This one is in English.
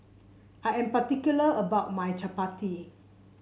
I am particular about my chappati